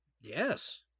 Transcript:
Yes